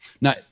Now